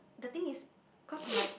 the thing is cause my